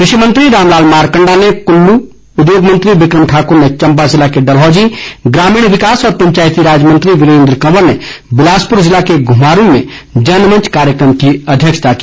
कृषिमंत्री रामलाल मारकंडा ने कुल्लू उद्योग मंत्री बिक्रम ठाकर ने चम्बा जिले के डलहौजी ग्रामीण विंकास और ैपचायती राज मंत्री वीरेन्द्र कंवर ने बिलासपुर जिले के घुमारवीं में जनमंच कार्यक्रम की अध्यक्षता की